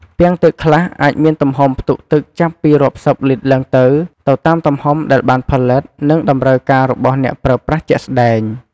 ពាងទឹកខ្លះអាចមានទំហំផ្ទុកទឹកចាប់ពីរាប់សិបលីត្រឡើងទៅ ទៅតាមទំហំដែលបានផលិត និងតម្រូវការរបស់អ្នកប្រើប្រាស់ជាក់ស្តែង។